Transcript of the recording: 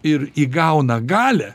ir įgauna galią